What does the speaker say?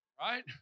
Right